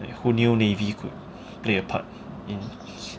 like who knew navy could play a part in